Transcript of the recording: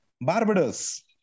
Barbados